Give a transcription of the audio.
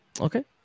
Okay